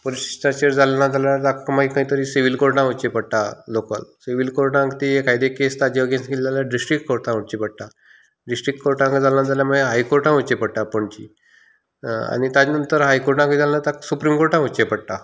police स्टेशनाचेर जाली ना जाल्यार ताका मागीर खंय तरी सिवील कोर्टांत वचचें पडटा लोकल सिवील कोर्टांत ती एखादी केस ताज्या अगेन्स्ट गेली जाल्यार डिस्ट्रीक्ट कोर्टांत व्हरची पडटा डिस्ट्रीक्ट कोर्टांत जाली ना जाल्यार मागीर हाय कोर्टांत वयची पडटा पणजी आनी ताजे नंतर हाय कोर्टाक जाली ना ताका सुप्रीम कोर्टांत वयचें पडटा